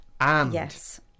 Yes